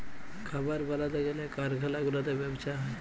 খাবার বালাতে গ্যালে কারখালা গুলাতে ব্যবসা হ্যয়